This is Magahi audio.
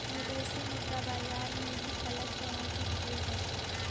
विदेशी मुद्रा बाजार में भी अलग तरह की भीड़ हई